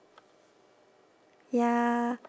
ya